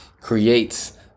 creates